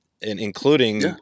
including